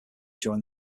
over